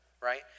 right